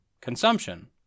consumption